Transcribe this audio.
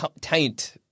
taint